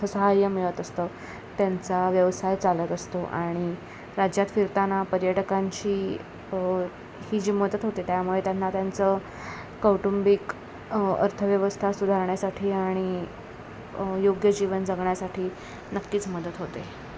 साहाय्य मिळत असतं त्यांचा व्यवसाय चालत असतो आणि राज्यात फिरताना पर्यटकांची ही जी मदत होते त्यामुळे त्यांना त्यांचं कौटुंबिक अर्थव्यवस्था सुधारण्यासाठी आणि योग्य जीवन जगण्यासाठी नक्कीच मदत होते